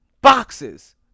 boxes